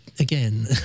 Again